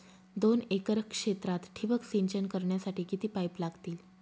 दोन एकर क्षेत्रात ठिबक सिंचन करण्यासाठी किती पाईप लागतील?